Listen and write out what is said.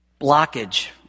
blockage